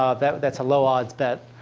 ah that that's a low-odds bet.